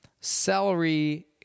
celery